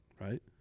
right